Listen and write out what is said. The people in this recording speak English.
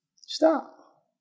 Stop